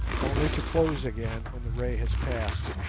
only to close again when the ray has passed.